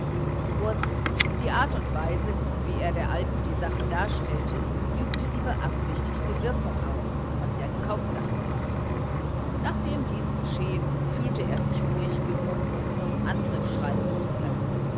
kurz die art und weise wie er der alten die sache darstellte übte die beabsichtigte wirkung aus was ja die hauptsache war nachdem dies geschehen fühlte er sich ruhig genug um zum angriff schreiten zu können